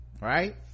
Right